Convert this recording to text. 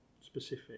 specific